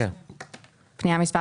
מס'